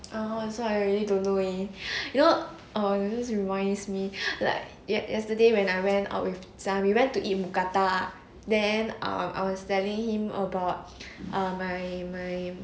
oh so I really don't know leh you know um this reminds me like yesterday when I went out with sam we went to eat mookata then err I was telling him about ah my my